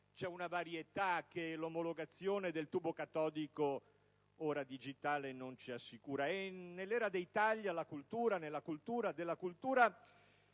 c'è una varietà che l'omologazione del tubo catodico, ora digitale, non ci assicura. Nell'era dei tagli alla, nella e della cultura,